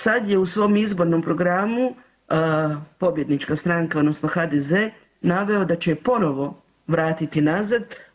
Sad je u svom izbornom programu pobjednička stranka odnosno HDZ naveo da će je ponovo vratiti nazad.